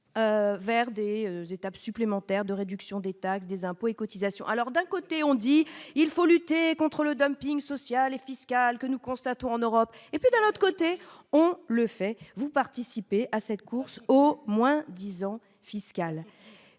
vers des étapes supplémentaires de réduction des taxes, des impôts et cotisations alors d'un côté on dit il faut lutter contre le dumping social et fiscal que nous constatons en Europe et puis d'un autre côté, on le fait, vous participez à cette course au moins disant fiscal